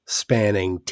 spanning